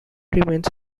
remains